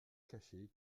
cacher